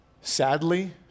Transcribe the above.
Sadly